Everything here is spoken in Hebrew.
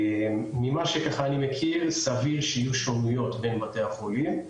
ממה שאני מכיר סביר שיהיו הבדלים בין בתי החולים.